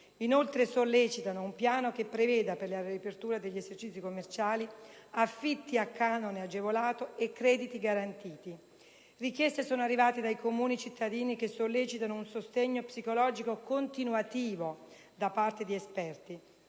Inoltre, si sollecita un piano che preveda, per la riapertura degli esercizi commerciali, affitti a canone agevolato e crediti garantiti. Richieste sono arrivate dai comuni cittadini che sollecitano un sostegno psicologico continuativo da parte di esperti.